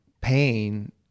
pain